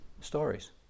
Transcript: stories